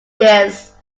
this